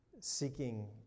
Seeking